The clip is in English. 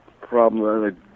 problem